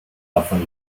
davon